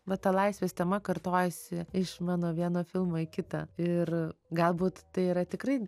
va ta laisvės tema kartojasi iš mano vieno filmo į kitą ir galbūt tai yra tikrai